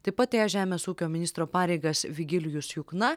taip pat ėjo žemės ūkio ministro pareigas virgilijus jukna